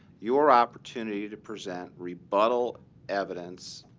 your opportunity to present rebuttal evidence.